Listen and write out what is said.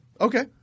Okay